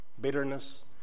bitterness